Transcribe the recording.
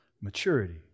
maturity